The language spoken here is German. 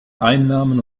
einnahmen